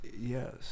Yes